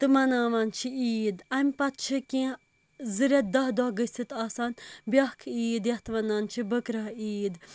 تہٕ مناوان چھِ عیٖد امہِ پَتہٕ چھِ کِینٛہہ زٕ ریٚتھ دَہ دۄہ گٔژھتھ آسان بیٛاکھ عیٖد یَتھ وَنان چھِ بکرَہ عیٖد